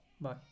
Bye